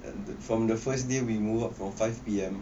from the first day we move up from five P_M